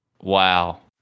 Wow